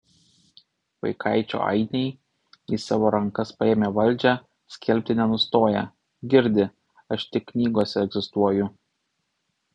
vaikaičio ainiai į savo rankas paėmę valdžią skelbti nenustoja girdi aš tik knygose egzistuoju